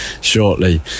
shortly